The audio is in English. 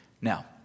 Now